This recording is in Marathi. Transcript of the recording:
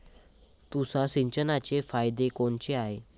तुषार सिंचनाचे फायदे कोनचे हाये?